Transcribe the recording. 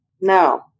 No